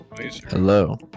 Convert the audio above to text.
Hello